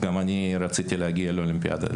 גם אני רציתי להגיע לאולימפיאדה.